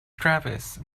travis